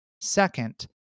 Second